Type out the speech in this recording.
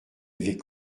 avait